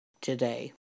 today